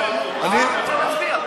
אני לא רוצה להצביע.